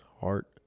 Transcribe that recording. heart